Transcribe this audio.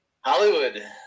Hollywood